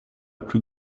plus